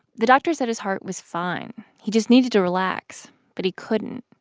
the doctor said his heart was fine. he just needed to relax. but he couldn't.